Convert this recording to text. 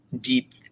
deep